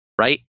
Right